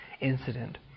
incident